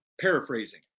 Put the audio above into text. paraphrasing